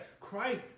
Christ